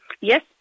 Yes